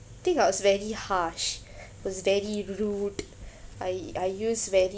think I was very harsh was very rude I I use very